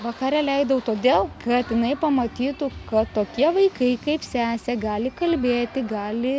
vakarę leidau todėl kad jinai pamatytų kad tokie vaikai kaip sesė gali kalbėti gali